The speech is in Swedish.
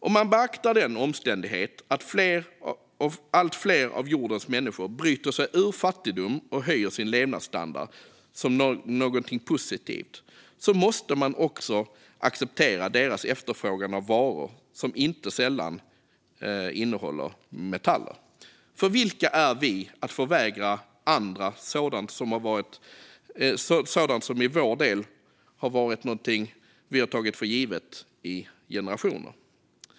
Om man beaktar den omständighet att allt fler av jordens människor bryter sig ur fattigdom och höjer sin levnadsstandard som någonting positivt måste man också acceptera deras efterfrågan på varor, som inte sällan innehåller metaller. För vilka är vi att förvägra andra sådant som vi i vår del av världen tagit för givet i generationer?